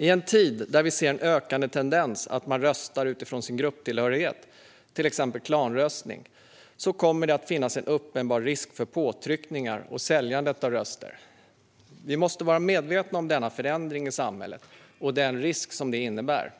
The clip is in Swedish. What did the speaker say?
I en tid där vi ser en ökande tendens att man röstar utifrån sin grupptillhörighet, till exempel klanröstning, kommer det att finnas en uppenbar risk för påtryckningar och "säljande" av röster. Vi måste vara medvetna om denna förändring i samhället och den risk som detta innebär.